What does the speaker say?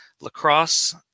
lacrosse